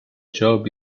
job